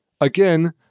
again